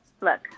look